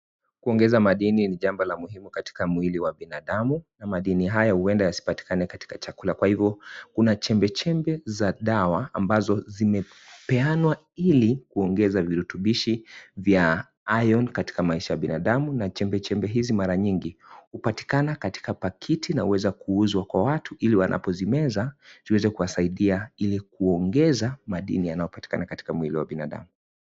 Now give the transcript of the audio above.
Kuongeza maadini ni jambo la muhimu katika mwili wa binadamu na mandini haya huenda yasipatikane katika chakula kwa hivyo kuna chembechembe za dawa ambazo zimepeanwa ili kuongeza virutubishi vya iron katika maisha ya binadamu na chembechembe hizi mara nyingi hupatikana katika pakiti zinazoweza kuuzwa kwa watu ili wanapozimeza ziweze kuwasaidia ili kuongeza madini yanayopatikana katika mwili wa binadamu.